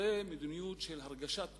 זו מדיניות של הרגשת כוח,